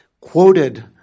quoted